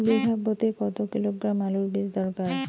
বিঘা প্রতি কত কিলোগ্রাম আলুর বীজ দরকার?